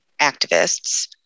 activists